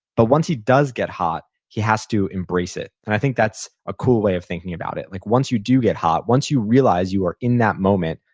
but once he does get hot, he has to embrace it. and i think that's a cool way of thinking about it. like once you do get hot, once you realize you are in that moment,